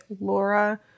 Laura